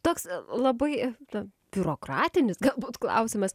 toks labai e na biurokratinis galbūt klausimas